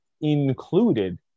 included